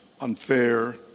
unfair